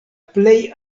plej